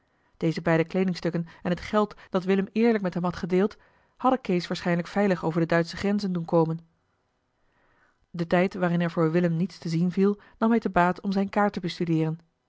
deze beide kleedingstukken en het geld dat willem eerlijk met hem had gedeeld hadden kees waarschijnlijk veilig over de duitsche grenzen doen komen eli heimans willem roda den tijd waarin er voor willem niets te zien viel nam hij te baat om zijne kaart te bestudeeren